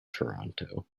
toronto